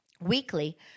Weekly